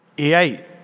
AI